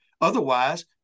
otherwise